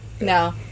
No